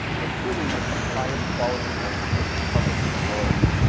they truly make the highest quality and most beautiful carpets in the world.